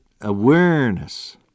awareness